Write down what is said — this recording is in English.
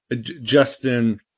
justin